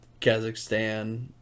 Kazakhstan